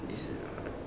this is hard